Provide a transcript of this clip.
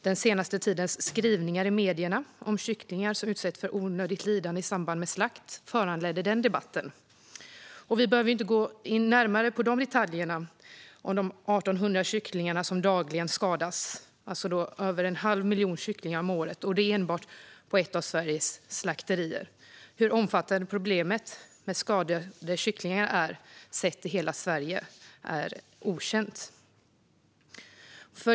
Den senaste tidens skrivningar i medierna om kycklingar som utsätts för onödigt lidande i samband med slakt föranledde den debatten. Vi behöver ju inte gå in på närmare detaljer om de 1 800 kycklingar som dagligen skadas - alltså över en halv miljon kycklingar om året - och det enbart på ett av Sveriges slakterier. Hur omfattande problemet med skadade kycklingar är sett till hela Sverige är okänt.